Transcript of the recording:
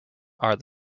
are